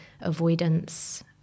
avoidance